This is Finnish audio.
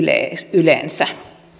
yleensä